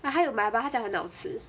uh 她有买 but 她讲很好吃